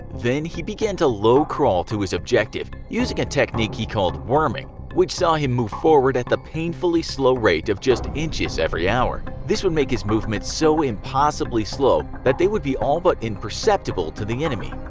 then he began to low-crawl to his objective using a technique he called worming which saw him move forward at the painfully slow rate of just inches every hour. this would make his movements so impossibly slow that they would be all but imperceptible to the enemy.